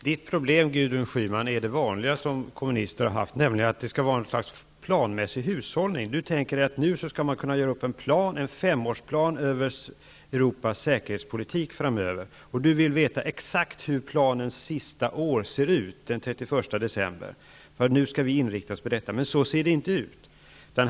Fru talman! Gudrun Schymans problem är kommunisters vanliga problem, nämligen föreställningen att det skall råda något slags planmässig hushållning. Gudrun Schyman tänker sig att man nu skall kunna göra upp en femårsplan över Europas säkerhetspolitik framöver, och vill veta exakt hur det ser ut den 31 december planens sista år. Men så ser det inte ut.